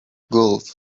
golf